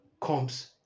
comes